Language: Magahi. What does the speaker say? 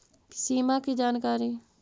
सिमा कि जानकारी?